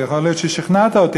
ויכול להיות ששכנעת אותי,